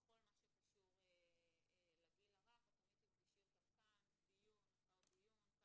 בכל מה שקשור לגיל הרך את תמיד תפגשי אותם כאן משתתפים בדיון אחר דיון,